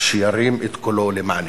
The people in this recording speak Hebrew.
שירים את קולו למעני".